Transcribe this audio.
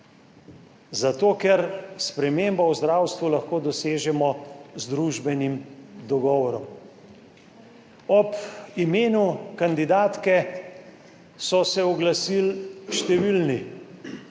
zato, ker spremembo v zdravstvu lahko dosežemo z družbenim dogovorom. Ob imenu kandidatke so se oglasili številni.